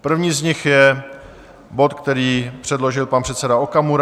První z nich je bod, který předložil pan předseda Okamura.